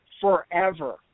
forever